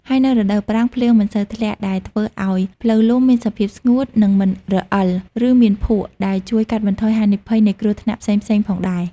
ហើយនៅរដូវប្រាំង ភ្លៀងមិនសូវធ្លាក់ ដែលធ្វើឲ្យផ្លូវលំមានសភាពស្ងួត និងមិនរអិល ឬមានភក់ ដែលជួយកាត់បន្ថយហានិភ័យនៃគ្រោះថ្នាក់ផ្សេងៗផងដែរ។